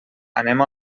anem